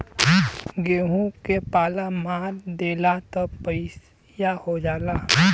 गेंहू के पाला मार देला त पइया हो जाला